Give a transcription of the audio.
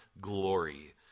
glory